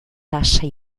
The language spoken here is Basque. tasa